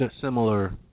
similar